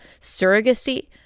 surrogacy